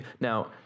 now